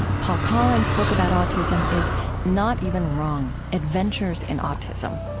paul collins' book about autism is not even wrong adventures in autism.